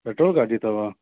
petrol गाॾी अथव